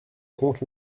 compte